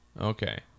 Okay